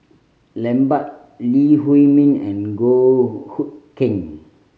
Lambert Lee Huei Min and Goh Hood Keng